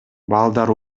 балдар